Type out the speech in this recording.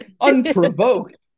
unprovoked